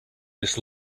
this